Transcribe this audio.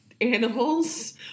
animals